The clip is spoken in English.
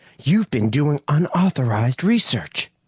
you've been doing unauthorized research!